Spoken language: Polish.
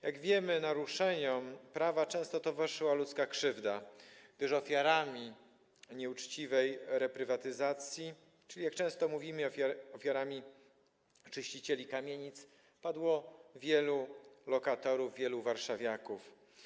Jak wiemy, naruszeniom prawa często towarzyszyła ludzka krzywda, gdyż ofiarami nieuczciwej reprywatyzacji, czyli jak często mówimy: ofiarami czyścicieli kamienic, padło wielu lokatorów, wielu warszawiaków.